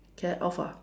can I off ah